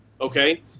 okay